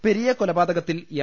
പെരിയ കൊലപാതകത്തിൽ എം